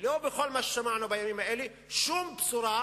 או בכל מה ששמענו בימים האלה, שום בשורה